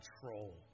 control